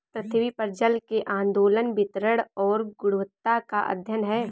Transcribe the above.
पृथ्वी पर जल के आंदोलन वितरण और गुणवत्ता का अध्ययन है